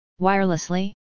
wirelessly